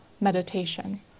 meditation